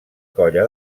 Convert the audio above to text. colla